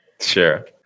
Sure